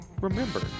Remember